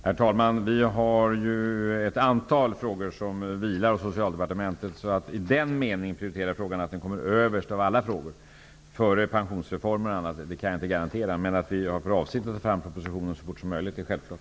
Herr talman! Vi har ett antal frågor som vilar hos Socialdepartementet. Att i den meningen prioritera frågan så att den kommer överst av alla frågor, exempelvis före pensionsreformer, kan jag inte garantera. Regeringen har dock avsikten att lägga propositionen på riksdagens bord så fort som möjligt. Det är självklart.